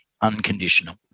unconditional